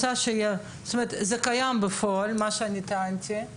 מה שאני טענתי קיים בפועל.